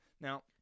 Now